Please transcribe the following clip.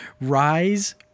Rise